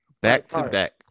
back-to-back